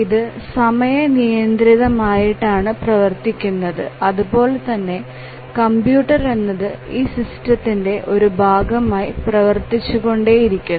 ഇത് സമയനിയന്ത്രിതം ആയിട്ടാണ് പ്രവർത്തിക്കുന്നത് അതുപോലെ തന്നെ കമ്പ്യൂട്ടർ എന്നത് ഈ സിസ്റ്റംത്തിന്ടെ ഒരു ഭാഗമായി പ്രവർത്തിച്ചുകൊണ്ടിരിക്കുന്നു